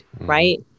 right